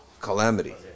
calamity